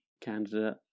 candidate